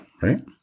right